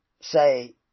Say